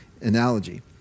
analogy